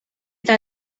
eta